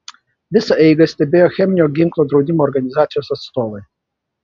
visą eigą stebėjo cheminio ginklo draudimo organizacijos atstovai